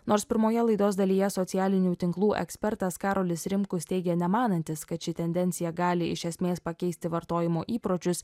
nors pirmoje laidos dalyje socialinių tinklų ekspertas karolis rimkus teigia nemanantis kad ši tendencija gali iš esmės pakeisti vartojimo įpročius